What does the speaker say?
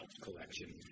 collection